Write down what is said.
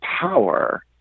power